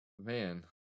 Man